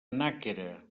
nàquera